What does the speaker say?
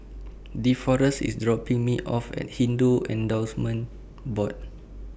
Deforest IS dropping Me off At Hindu endorsement Board